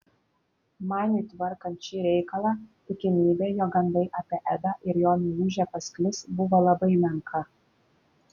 maniui tvarkant šį reikalą tikimybė jog gandai apie edą ir jo meilužę pasklis buvo labai menka